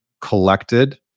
collected